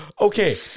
Okay